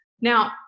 Now